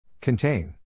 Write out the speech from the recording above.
Contain